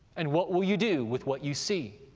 and what will you do with what you see?